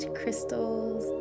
crystals